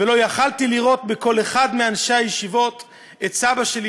ולא יכולתי שלא לראות בכל אחד מאנשי הישיבות את סבא שלי,